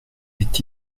est